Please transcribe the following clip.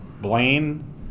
Blaine